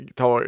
ta